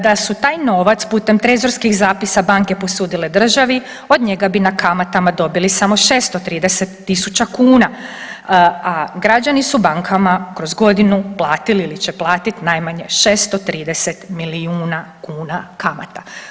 Da su taj novac putem trezorskih zapisa banke posudile države od njega bi na kamatama dobili samo 630.000 kuna, a građani su bankama kroz godinu platili ili će platiti 630 milijuna kuna kamata.